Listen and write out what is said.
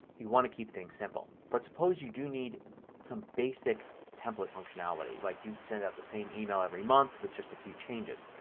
you want to keep things simple. but suppose you do need some basic template functionality. like you send out the same email every month with just a few changes.